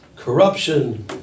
corruption